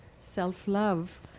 self-love